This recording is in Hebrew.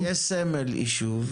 יש סמל ישוב.